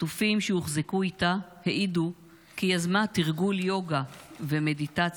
חטופים שהוחזקו איתה העידו כי יזמה תרגול יוגה ומדיטציה,